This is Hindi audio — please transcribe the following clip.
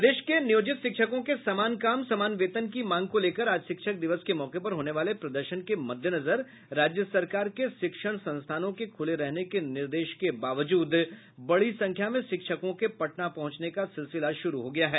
प्रदेश के नियोजित शिक्षकों के समान काम समान वेतन की मांग को लेकर आज शिक्षक दिवस के मौके पर होने वाले प्रदर्शन के मद्देनजर राज्य सरकार के शिक्षण संस्थानों के खुले रहने के निर्देश के बावजूद बड़ी संख्या में शिक्षकों के पटना पहुंचने का सिलसिला शुरू हो गया है